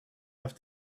have